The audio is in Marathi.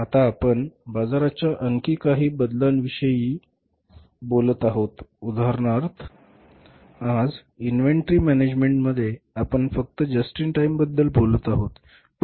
आता आपण बाजाराच्या आणखी काही बदलांविषयी बोलत आहोत उदाहरणार्थ आज इन्व्हेंटरी मॅनेजमेंटमध्ये आपण फक्त जस्ट इन टाईम बद्दल बोलत आहोत